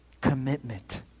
Commitment